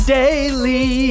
daily